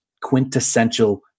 quintessential